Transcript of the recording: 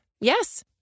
Yes